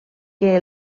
que